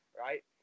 right